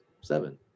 seven